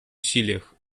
усилиях